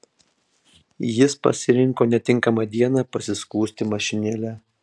jis pasirinko netinkamą dieną pasiskųsti mašinėle